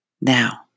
Now